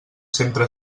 sempre